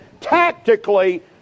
tactically